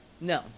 no